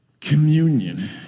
Communion